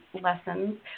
lessons